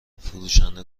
فروشنده